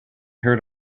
heard